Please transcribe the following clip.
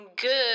Good